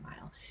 mile